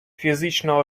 фізична